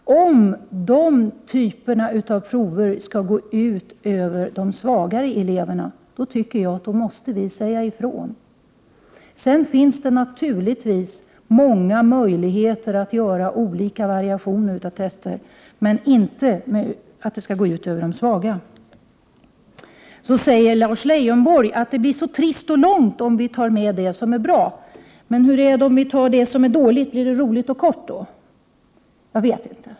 Om den typen av prov skall gå ut över de svaga eleverna, då måste vi säga ifrån. Det finns naturligtvis många möjligheter att göra olika variationer av tester, men de får inte gå ut över de svaga. Lars Leijonborg säger att debatten blir så trist och lång, om vi tar med det som är bra. Men hur är det om vi tar med det som är dåligt — blir den rolig och kort då? Jag vet inte.